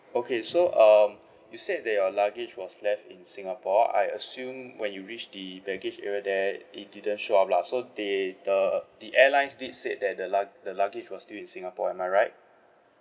okay so um you said that your luggage was left in singapore I assume when you reach the baggage area there it didn't show up lah so they the the airlines did said that the lug~ the luggage was still in singapore am I right